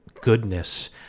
goodness